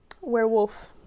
werewolf